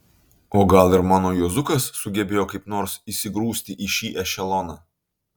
o gal ir mano juozukas sugebėjo kaip nors įsigrūsti į šį ešeloną